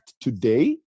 today